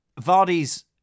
Vardy's